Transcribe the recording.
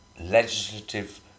legislative